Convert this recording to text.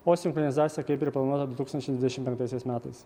o sinchronizacija kaip ir planuota du tūkstančiai dvidešimt penktaisiais metais